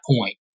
point